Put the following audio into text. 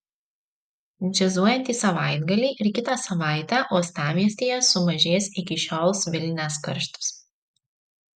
džiazuojantį savaitgalį ir kitą savaitę uostamiestyje sumažės iki šiol svilinęs karštis